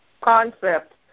concept